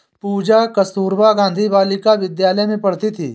पूजा कस्तूरबा गांधी बालिका विद्यालय में पढ़ती थी